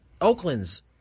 Oakland's